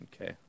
Okay